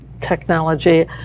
technology